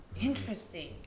Interesting